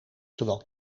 zowel